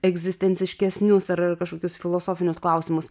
egzistenciškesnius ar kažkokius filosofinius klausimus